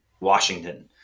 Washington